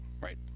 right